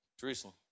Jerusalem